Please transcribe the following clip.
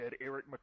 Eric